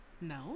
no